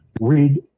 read